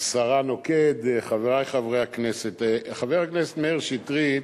השרה נוקד, חברי חברי הכנסת, חבר הכנסת מאיר שטרית